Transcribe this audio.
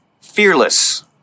fearless